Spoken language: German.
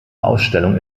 ausstellung